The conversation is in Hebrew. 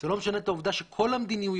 זה לא משנה את העובדה של כל המדיניויות